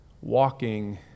walking